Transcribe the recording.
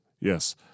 yes